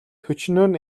төчнөөн